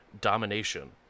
domination